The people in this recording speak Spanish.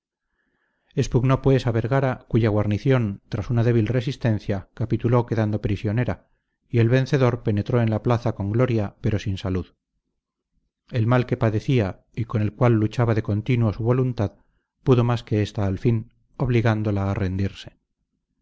le sucedieron expugnó pues a vergara cuya guarnición tras una débil resistencia capituló quedando prisionera y el vencedor penetró en la plaza con gloria pero sin salud el mal que padecía y con el cual luchaba de continuo su voluntad pudo más que ésta al fin obligándola a rendirse